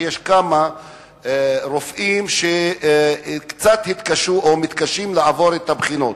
שיש כמה רופאים שהתקשו או מתקשים לעבור את הבחינות.